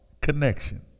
connection